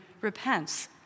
repents